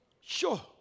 Sure